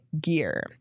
gear